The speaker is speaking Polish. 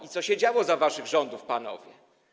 I co się działo za waszych rządów, panowie?